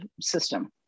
system